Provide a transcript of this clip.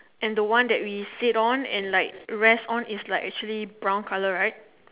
and the one that we sit on and like rest on is like actually brown colour right